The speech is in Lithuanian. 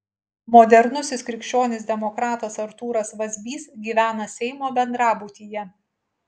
modernusis krikščionis demokratas artūras vazbys gyvena seimo bendrabutyje